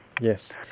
Yes